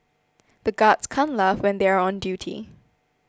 the guards can't laugh when they are on duty